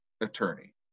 attorney